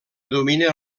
domina